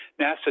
NASA